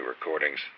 recordings